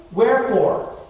Wherefore